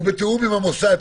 ובתיאום עם המוסד,